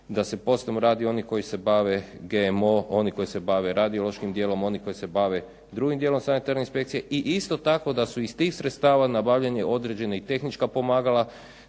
da se poslom radi oni koji se bave GMO, oni koji se bave radiološkim dijelom, oni koji se bave drugim dijelom sanitarne inspekcije i isto tako da su iz tih sredstava nabavljena određena tehnička pomagala,